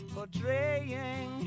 Portraying